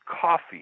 Coffee